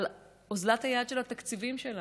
על אוזלת היד של התקציבים שלנו,